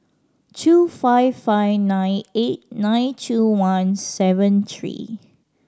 two five five nine eight nine two one seven three